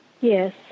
Yes